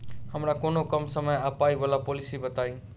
हमरा कोनो कम समय आ पाई वला पोलिसी बताई?